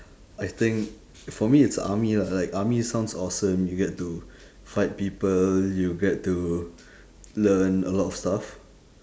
I think for me it's army lah like army sounds awesome you get to fight people you get to learn a lot of stuff